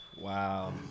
Wow